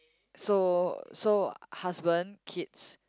so so husband kids